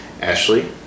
Ashley